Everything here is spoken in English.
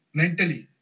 mentally